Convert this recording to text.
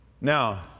Now